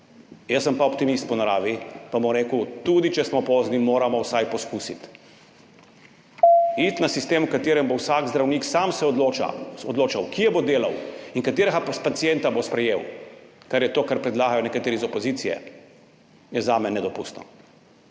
Jaz sem pa optimist po naravi in bom rekel, tudi če smo pozni, moramo vsaj poskusiti. Iti na sistem, v katerem se bo vsak zdravnik sam odločal, kje bo delal in katerega pacienta bo sprejel, kar je to, kar predlagajo nekateri iz opozicije, je zame nedopustno